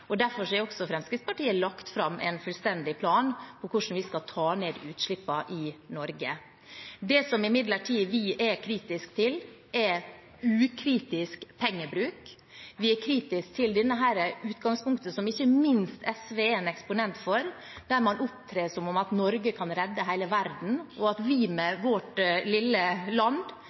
Derfor har også Fremskrittspartiet lagt fram en fullstendig plan for hvordan vi skal ta ned utslippene i Norge. Det vi imidlertid er kritiske til, er ukritisk pengebruk. Vi er kritiske til det utgangspunktet som ikke minst SV er en eksponent for, der man opptrer som om Norge kan redde hele verden, og at vi, med vårt lille land,